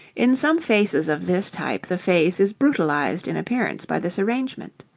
in some faces of this type the face is brutalized in appearance by this arrangement.